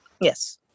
Yes